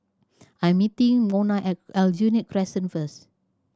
I'm meeting Mona at Aljunied Crescent first